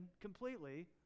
completely